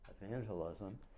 evangelism